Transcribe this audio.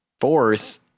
Fourth